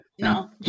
No